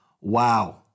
Wow